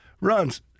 runs